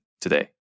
today